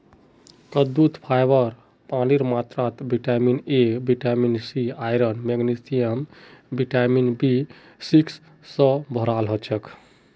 कद्दूत फाइबर पानीर मात्रा vitamin A vitamin C iron magnesium vitamin B six स भोराल हछेक